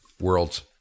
worlds